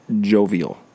jovial